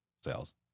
sales